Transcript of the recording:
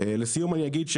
לסיום אני אגיד,